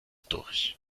durch